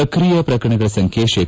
ಸಕ್ರಿಯ ಶ್ರಕರಣಗಳ ಸಂಖ್ಯೆ ತೇ